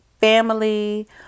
family